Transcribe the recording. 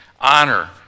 honor